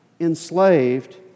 enslaved